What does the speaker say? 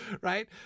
Right